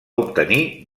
obtenir